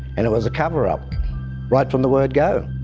and it was a cover-up right from the word go.